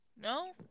No